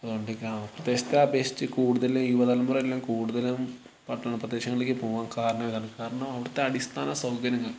അതുകൊണ്ട് ഗ്രാമപ്രദേശത്തെ അപേക്ഷിച്ചു കൂടുതൽ യുവ തലമുറ എല്ലാം കൂടുതലും പട്ടണ പ്രദേശങ്ങളിലേക്ക് പോകാൻ കാരണം ഇതാണ് കാരണം അവിടത്തെ അടിസ്ഥാന സൗകര്യങ്ങൾ